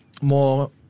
more